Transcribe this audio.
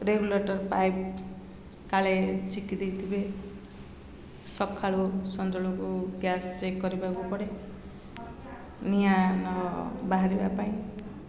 regulator pipe କାଳେ ଚିପି ଦେଇଥିବେ ସକାଳୁ ସଞ୍ଜବେଳକୁ ଗ୍ୟାସ୍ ଚେକ୍ କରିବାକୁ ପଡ଼େ ନିଆଁ ନ ବାହାରିବା ପାଇଁ